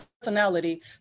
personality